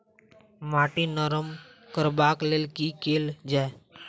माटि नरम करबाक लेल की केल जाय?